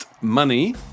Money